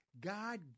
God